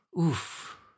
oof